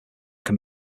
can